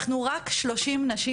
אנחנו רק שלושים נשים,